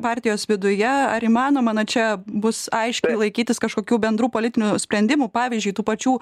partijos viduje ar įmanoma na čia bus aiškiai laikytis kažkokių bendrų politinių sprendimų pavyzdžiui tų pačių